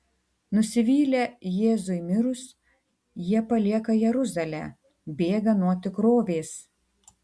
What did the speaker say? nusivylę jėzui mirus jie palieka jeruzalę bėga nuo tikrovės